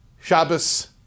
Shabbos